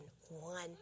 one